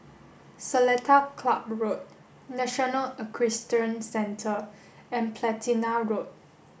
Seletar Club Road National Equestrian Centre and Platina Road